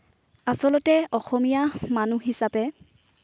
আচলতে অসমীয়া মানুহ হিছাপে